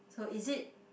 so is it